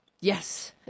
yes